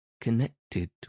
connected